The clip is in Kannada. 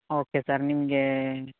ಓಕೆ ಸರ್ ನಿಮಗೆ